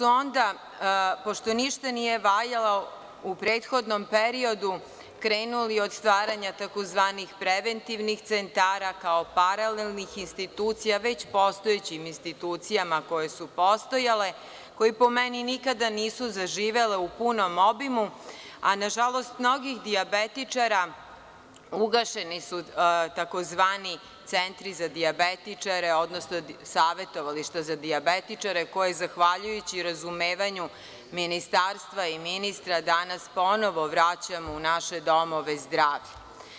Onda su, pošto ništa nije valjalo u prethodnom periodu, krenuli od stvaranja tzv. preventivnih centara kao paralelnih institucija već postojećim institucijama koje su postojale, koje po meni nikada nisu zaživele u punom obimu, a na žalost mnogih dijabetičara, ugašeni su tzv. centri za dijabetičare, odnosno savetovališta za dijabetičare, koje, zahvaljujući razumevanju Ministarstva i ministra, danas ponovo vraćamo u naše domove zdravlja.